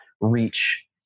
reach